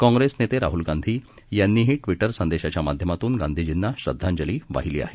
काँग्रेसनेतेराहुलगांधीयांनीही वि उसंदेशाच्यामाध्यमातूनगांधीजींनाश्रद्धांजलीवाहिलीआहे